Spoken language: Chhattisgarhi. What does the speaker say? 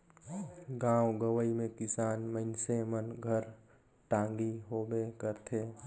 गाँव गंवई मे किसान मइनसे मन घर टागी होबे करथे